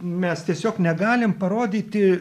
mes tiesiog negalim parodyti